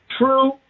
true